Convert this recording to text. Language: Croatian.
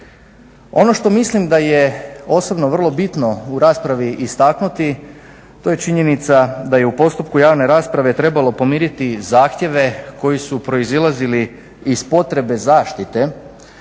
Ono što mislim da je osobno vrlo bitno u raspravi istaknuti to je činjenica da je u postupku javne rasprave trebalo pomiriti zahtjeve koji su proizlazili iz potrebe zaštite